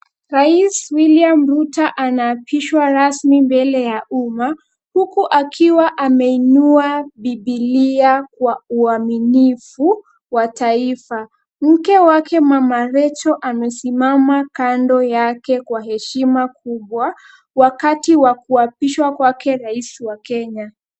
Rais Wiliam Ruto anaapishwa rasmi mbele ya umma huku akiwa ameinua Bibilia kwa uaminifu wa taifa. Mke wake mama Rachael amesimama kando yake kwa heshima kubwa wakati wa kuapishwa kwake rais wa Kenya.